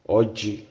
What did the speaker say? oggi